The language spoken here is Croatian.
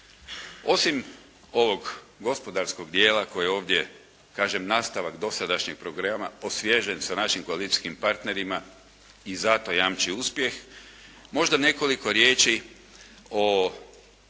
Osim ovog gospodarskog dijela koji je ovdje kažem nastavak dosadašnjeg programa osvježen sa našim koalicijskim partnerima i zato jamči uspjeh možda nekoliko riječi o